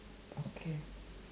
okay